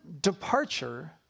departure